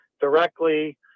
directly